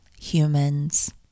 humans